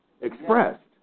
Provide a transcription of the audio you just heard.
expressed